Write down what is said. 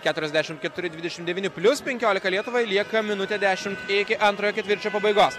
keturiasdešimt keturi dvidešimt devyni plius penkiolika lietuvai lieka minutė dešimt iki antrojo ketvirčio pabaigos